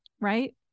right